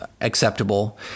acceptable